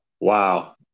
Wow